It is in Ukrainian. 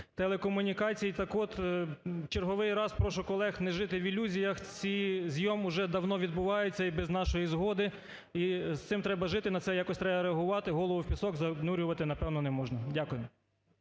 телекомунікації. Так от в черговий раз прошу колег не жити в ілюзіях, цей зйом уже давно відбувається і без нашої згоди. І з цим треба жити, на це якось треба реагувати, голову в пісок занурювати, напевно, не можна. Дякую.